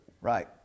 Right